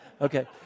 Okay